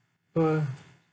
true